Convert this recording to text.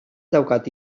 daukat